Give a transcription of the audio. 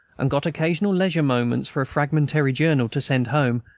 and got occasional leisure moments for a fragmentary journal, to send home,